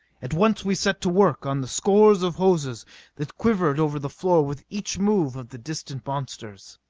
at once we set to work on the scores of hoses that quivered over the floor with each move of the distant monsters.